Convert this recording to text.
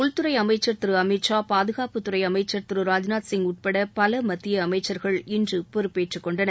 உள்துறை அமைச்சர் திரு அமித்ஷா பாதுகாப்புத்துறை அமைச்சர் திரு ராஜ்நாத்சிய் உட்பட பல மத்திய அமைச்சர்கள் இன்று பொறுப்பேற்றுக்கொண்டனர்